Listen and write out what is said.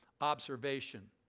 observation